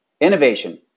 innovation